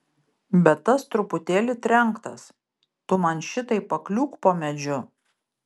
bet tas truputėlį trenktas tu man šitaip pakliūk po medžiu